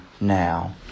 now